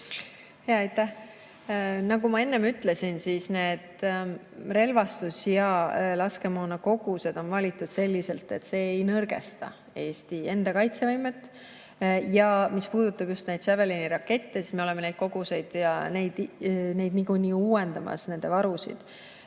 Aitäh! Nagu ma enne ütlesin, need relvastuse ja laskemoona kogused on valitud selliselt, et see ei nõrgesta Eesti enda kaitsevõimet. Ja mis puudutab just Javelini rakette, siis me oleme nende koguseid, neid varusid niikuinii uuendamas. [Anname